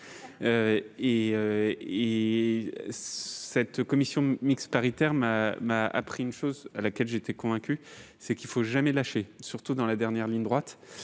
Cette commission mixte paritaire m'a appris une chose dont j'étais convaincu : il ne faut jamais lâcher, surtout dans la dernière ligne droite.